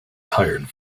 tired